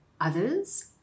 others